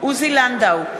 עוזי לנדאו,